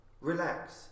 relax